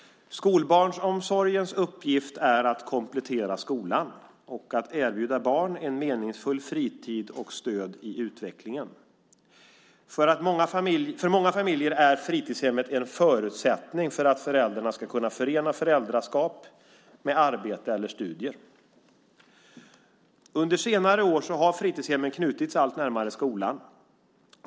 Skolbarnsomsorgens huvuduppgift är att komplettera skolan och att erbjuda barn en meningsfull fritid och stöd i utvecklingen. För många familjer är fritidshemmet en förutsättning för att föräldrarna ska kunna förena föräldraskap med arbete eller studier. Under senare år har fritidshemmen knutits allt närmare skolan.